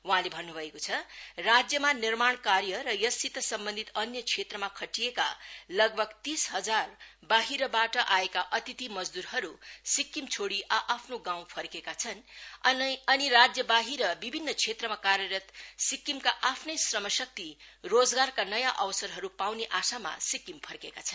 वहाँले भन्नु भएको छ राज्यमा निर्माण कार्य र यससित सम्बन्धित अन्य क्षेत्रमा खटिएका लगभग तीस हजार बाहिरबाट आएका अतिथि मजदुरहरू सिक्किम छोडी आ आफ्नो गाउँ फर्केका छन् अनि राज्यबाहिर विभिन्न क्षेत्रमा कार्यरत सिक्किमका आफ्नै श्रमशक्ति रोजगराका नयाँ अवसरहरू पाउने आशामा सिक्किम फर्केका छन्